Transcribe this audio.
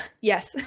Yes